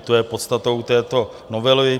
To je podstatou této novely.